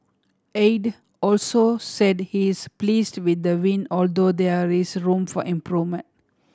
Aide also said he is pleased with the win although there is room for improvement